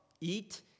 eat